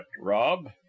Rob